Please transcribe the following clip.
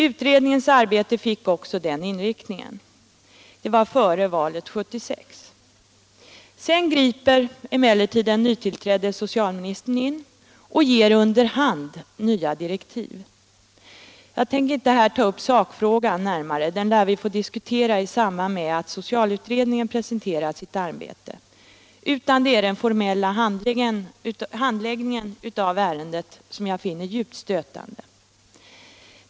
Utredningens arbete fick också denna inriktning. Detta var före valet 1976. Nu griper emellertid den nytillträdde socialministern in och ger under hand nya direktiv. Jag tänker inte här ta upp sakfrågan närmare — den lär vi få diskutera i samband med att socialutredningen presenterar sitt arbete — utan det är den formella handläggningen av ärendet som jag finner djupt stötande.